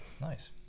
Nice